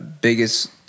biggest